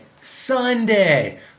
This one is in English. Sunday